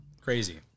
Crazy